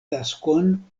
taskon